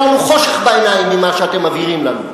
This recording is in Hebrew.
לנו חושך בעיניים ממה שאתם מבהירים לנו.